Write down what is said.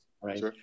right